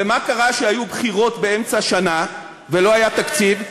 ומה קרה כשהיו בחירות באמצע שנה ולא היה תקציב?